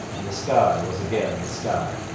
and the sky was again the sky